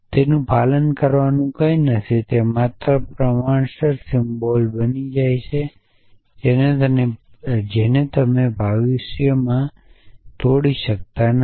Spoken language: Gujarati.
તેનું પાલન કરવાનું કંઈ નથી કે તે માત્ર પ્રમાણસર સિમ્બોલ બની જાય છે તમે તેને ભાવિમાં તોડી શકતા નથી